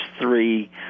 three